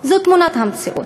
זאת תמונת המציאות.